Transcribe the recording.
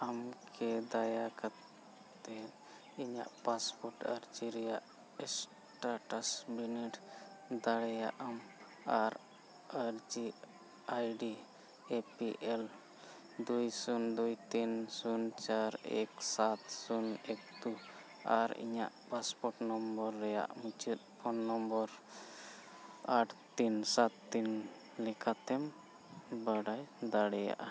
ᱟᱢ ᱠᱤ ᱫᱟᱭᱟ ᱠᱟᱛᱮᱫ ᱤᱧᱟᱹᱜ ᱯᱟᱥᱯᱳᱨᱴ ᱟᱹᱨᱡᱤ ᱨᱮᱭᱟᱜ ᱥᱴᱮᱴᱟᱥ ᱵᱤᱱᱤᱰ ᱫᱟᱲᱮᱭᱟᱜᱼᱟᱢ ᱟᱨ ᱟᱹᱨᱡᱤ ᱟᱭᱰᱤ ᱮ ᱯᱤ ᱮᱞ ᱫᱩᱭ ᱥᱩᱱ ᱫᱩᱭ ᱛᱤᱱ ᱥᱩᱱ ᱪᱟᱨ ᱮᱠ ᱥᱟᱛ ᱥᱩᱱ ᱮᱠ ᱫᱩ ᱟᱨ ᱤᱧᱟᱹᱜ ᱯᱟᱥᱯᱳᱨᱴ ᱱᱚᱢᱵᱚᱨ ᱨᱮᱭᱟᱜ ᱢᱩᱪᱟᱹᱫ ᱯᱷᱳᱱ ᱱᱚᱢᱵᱚᱨ ᱟᱴ ᱛᱤᱱ ᱥᱟᱛ ᱞᱮᱠᱟᱛᱮᱢ ᱵᱟᱰᱟᱭ ᱫᱟᱲᱮᱭᱟᱜᱼᱟ